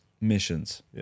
missions